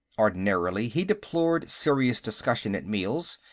ordinarily, he deplored serious discussion at meals,